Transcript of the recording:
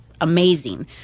amazing